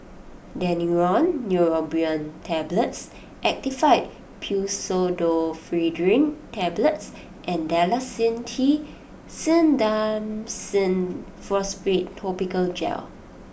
Daneuron Neurobion Tablets Actifed Pseudoephedrine Tablets and Dalacin T Clindamycin Phosphate Topical Gel